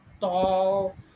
tall